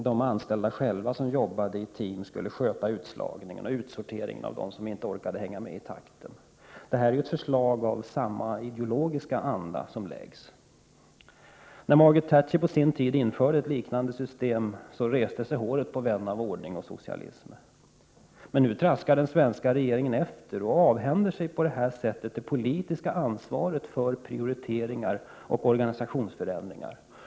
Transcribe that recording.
De anställda, som jobbade i team, skulle själva sköta utslagningen och utsorteringen av dem som inte orkade hänga med. Det förslag som här läggs fram är ett förslag i samma ideologiska anda. När Margaret Thatcher införde ett liknande system reste sig håret på vänner av ordning och socialism. Men nu traskar den svenska regeringen efter och avhänder sig på detta sätt det politiska ansvaret för prioriteringar och organisationsförändringar.